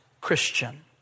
Christian